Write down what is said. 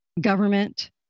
government